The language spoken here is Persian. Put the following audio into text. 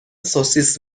سوسیس